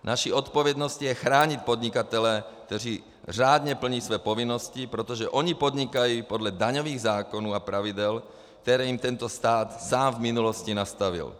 Naší odpovědností je chránit podnikatele, kteří řádně plní své povinnosti, protože oni podnikají podle daňových zákonů a pravidel, které jim tento stát sám v minulosti nastavil.